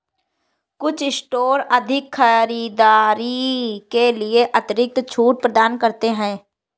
कुछ स्टोर अधिक खरीदारी के लिए अतिरिक्त छूट प्रदान करते हैं